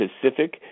Pacific